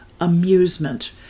amusement